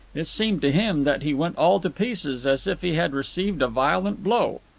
it seemed to him that he went all to pieces, as if he had received a violent blow.